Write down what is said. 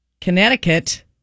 Connecticut